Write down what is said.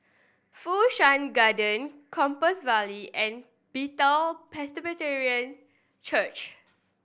Fu Shan Garden Compassvale and Bethel Presbyterian Church